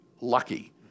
lucky